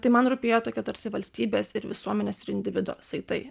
tai man rūpėjo tokie tarsi valstybės ir visuomenės ir individo saitai